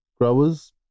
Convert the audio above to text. growers